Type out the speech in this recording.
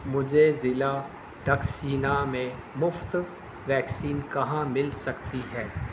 مجھے ضلع ٹکسینا میں مفت ویکسین کہاں مل سکتی ہے